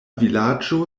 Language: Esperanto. vilaĝo